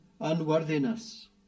unworthiness